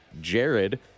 Jared